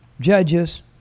Judges